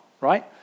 right